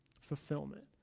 fulfillment